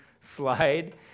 slide